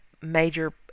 major